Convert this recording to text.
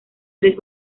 tres